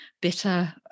bitter